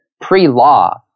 pre-law